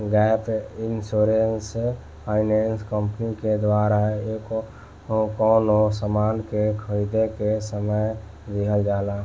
gap insurance finance company के द्वारा कवनो सामान के खरीदें के समय दीहल जाला